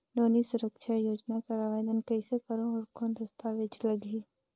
नोनी सुरक्षा योजना कर आवेदन कइसे करो? और कौन दस्तावेज लगही?